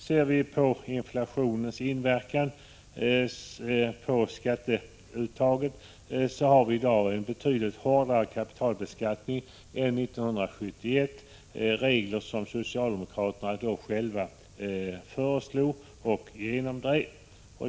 Ser vi på inflationens inverkan på skatteuttaget, finner vi att kapitalbeskattningen i dag är betydligt hårdare än 1971. Det är en följd av regler som socialdemokraterna själva föreslog och genomdrev.